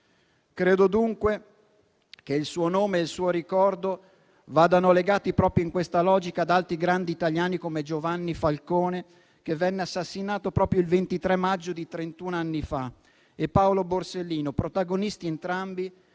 Credo, dunque, che il suo nome e il suo ricordo vadano legati proprio in questa logica a quelli di altri grandi italiani come Giovanni Falcone, che venne assassinato proprio il 23 maggio di trentun anni fa e Paolo Borsellino, protagonisti entrambi